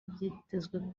byitezwe